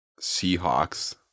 seahawks